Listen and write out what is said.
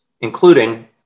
including